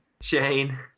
Shane